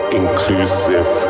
inclusive